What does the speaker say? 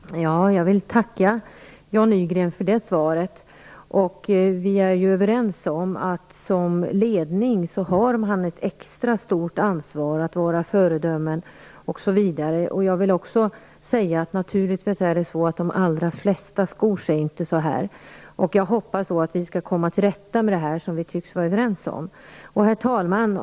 Herr talman! Jag vill tacka Jan Nygren för detta svar. Vi är ju överens om att man i en ledningsfunktion har ett extra stort ansvar när det gäller att vara föredöme osv. Naturligtvis är det också så att de allra flesta inte skor sig. Jag hoppas att vi skall komma till rätta med problemet, vilket vi tycks vara överens om. Herr talman!